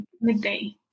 Midday